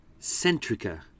Centrica